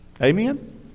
Amen